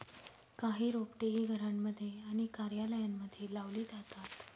काही रोपटे ही घरांमध्ये आणि कार्यालयांमध्ये लावली जातात